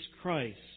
Christ